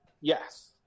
Yes